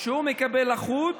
שמקבל לחות